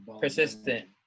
Persistent